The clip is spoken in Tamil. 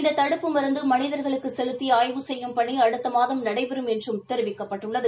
இந்த தடுப்பு மருந்து மனிதர்களுக்கு செலுத்தி ஆய்வு செய்யும் பணி அடுத்த மாதம் நடைபெறும் என்றும் தெரிவிக்கப்பட்டுள்ளது